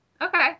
okay